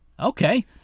Okay